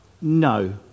No